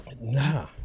Nah